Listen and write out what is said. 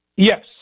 Yes